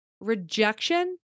rejection